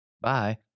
Bye